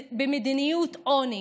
מדיניות עוני.